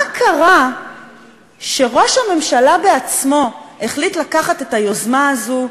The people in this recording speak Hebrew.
מה קרה שראש הממשלה בעצמו החליט לקחת את היוזמה הזאת,